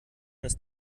ist